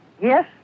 Yes